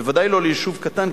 בוודאי ליישוב קטן,